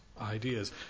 ideas